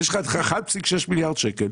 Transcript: יש לך 1.6 מיליארד שקל,